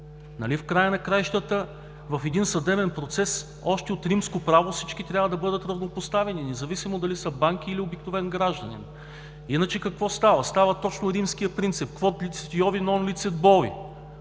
в края на краищата в един съдебен процес още от римско право всички трябва да бъдат равнопоставени, независимо дали са банки, или обикновен гражданин. Иначе какво става? Става точно римският принцип: „Quod licet Jovi, non licet bovi